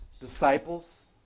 disciples